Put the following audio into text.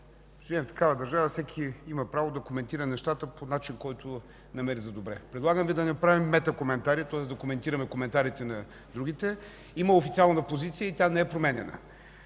Живеем в такава държава, всеки има право да коментира нещата по начин, който намери за добре. Предлагам Ви да не правим метакоментари, тоест да коментираме коментарите на другите. Има официална позиция и тя не е променена.